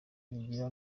bigira